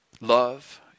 love